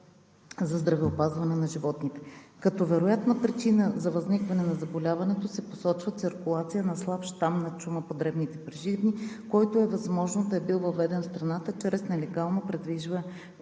за здравеопазване на животните. Като вероятна причина за възникване на заболяването се посочва циркулация на слаб щам на чума по дребните преживни животни, който е възможно да е бил въведен в страната чрез нелегално придвижване